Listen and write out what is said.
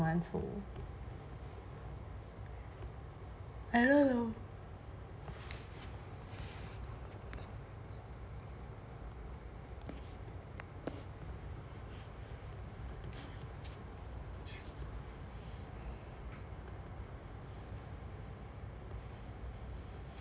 I don't know